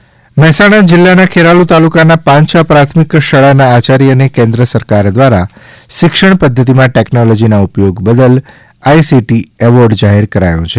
technology Mehsana જિલ્લાના ખેરાલુ તાલુકાના પાન્છા પ્રાથમિક શાળાના આયાર્યને કેન્ય સરકાર દ્વારા શિક્ષણ પધ્ધતિમાં ટેકનોલોજીના ઉપયોગ બદલ આઇસીટી એવોર્ડ જાહેર કરાયો છે